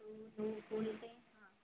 तो वह बोलते हैं हाँ